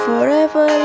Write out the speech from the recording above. Forever